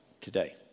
today